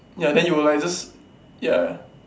ya then you were like just ya